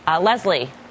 Leslie